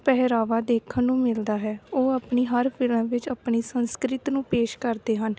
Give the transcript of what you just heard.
ਪਹਿਰਾਵਾ ਦੇਖਣ ਨੂੰ ਮਿਲਦਾ ਹੈ ਉਹ ਆਪਣੀ ਹਰ ਫਿਲਮ ਵਿੱਚ ਆਪਣੀ ਸੰਸਕ੍ਰਿਤੀ ਨੂੰ ਪੇਸ਼ ਕਰਦੇ ਹਨ